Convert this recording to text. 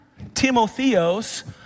Timotheos